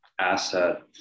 asset